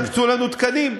תקצו לנו תקנים.